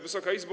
Wysoka Izbo!